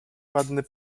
ładny